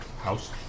House